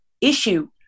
issue